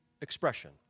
expression